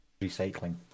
recycling